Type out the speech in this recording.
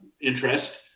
interest